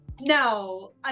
no